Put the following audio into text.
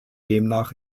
demnach